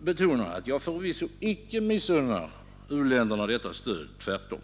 betonar att jag förvisso inte missunnar u-länderna detta stöd — tvärtom.